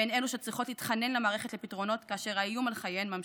והן אלו שצריכות להתחנן למערכת לפתרונות כאשר האיום על חייהן ממשיך.